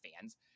fans